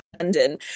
London